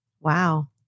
Wow